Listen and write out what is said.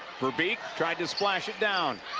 veerbeek tried to splash it down